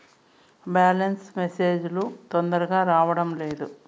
Balance message లు తొందరగా రావడం లేదు?